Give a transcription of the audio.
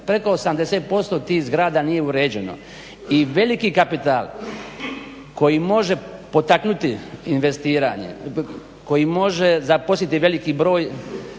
preko 80% tih zgrada nije uređeno i veliki kapital koji može potaknuti investiranje, koji može zaposliti veliki broj